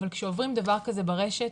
אבל כשעוברים דבר כזה ברשת,